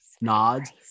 nods